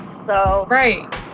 Right